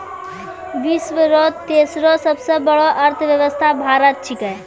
विश्व रो तेसरो सबसे बड़ो अर्थव्यवस्था भारत छिकै